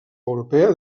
europea